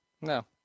no